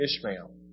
Ishmael